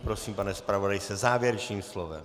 Prosím, pane zpravodaji, se závěrečným slovem.